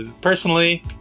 personally